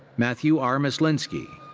matthew r. myslinksi.